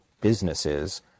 businesses